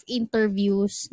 interviews